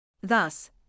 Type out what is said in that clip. Thus